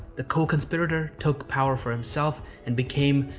the co-conspirator took power for himself and became,